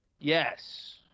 Yes